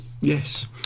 Yes